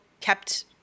kept